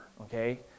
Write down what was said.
Okay